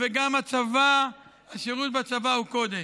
וגם השירות בצבא הוא קודש.